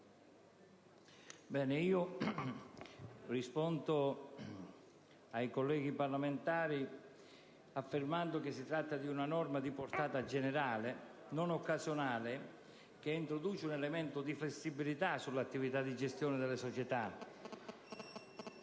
finanze*. Rispondo ai colleghi affermando che si tratta di una normativa di portata generale, non occasionale, che introduce un elemento di flessibilità nell'attività di gestione delle società.